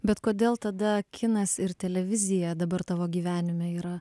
bet kodėl tada kinas ir televizija dabar tavo gyvenime yra